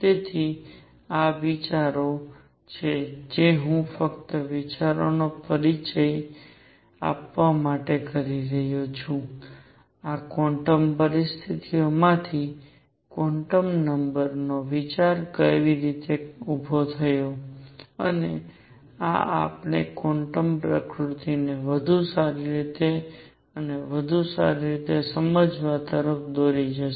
તેથી આ વિચારો છે જે હું ફક્ત વિચારોનો પરિચય આપવા માટે કરી રહ્યો છું આ ક્વોન્ટમ પરિસ્થિતિઓમાંથી ક્વોન્ટમ નંબરનો વિચાર કેવી રીતે ઊભો થયો અને આ આપણને ક્વોન્ટમ પ્રકૃતિને વધુ સારી રીતે અને વધુ સારી રીતે સમજવા તરફ દોરી જશે